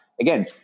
again